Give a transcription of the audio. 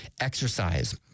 exercise